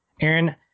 Aaron